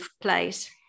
place